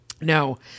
No